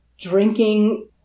drinking